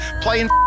playing